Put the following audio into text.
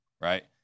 Right